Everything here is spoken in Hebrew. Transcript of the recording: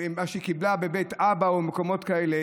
מה שקיבלה בבית אבא ובמקומות כאלה,